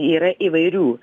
yra įvairių